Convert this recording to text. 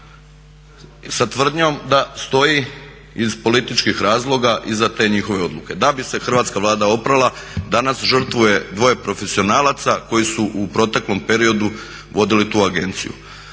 sa tvrdnjom da stoji iz političkih razloga iza te njihove odluke. Da bi se hrvatska Vlada oprala danas žrtvuje dvoje profesionalaca koji su u proteklom periodu vodili tu agenciju.